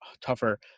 tougher